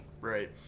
Right